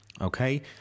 okay